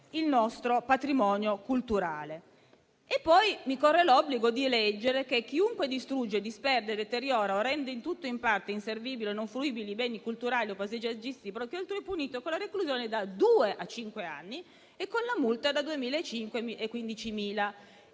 il nostro patrimonio culturale. Mi corre poi l'obbligo di leggere che chiunque distrugge, disperde, deteriora o rende in tutto o in parte inservibili o non fruibili i beni culturali o paesaggistici propri o altri è punito con la reclusione da due a cinque anni e con la multa da 2.500